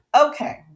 Okay